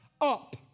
up